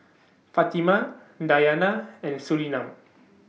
Fatimah Dayana and Surinam